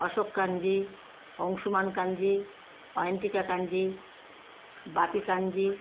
Ashok Kanji Anshuman Kanji Ayantika Kanji Bapi Kanji